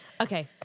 Okay